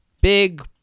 big